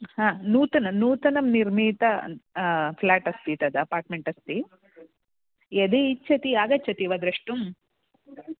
हा नूतनं नूतनं निर्मितं फ़्लाेट् अस्ति तद् अपार्ट्मेण्ट् अस्ति यदि इच्छति आगच्छति वा द्रष्टुम्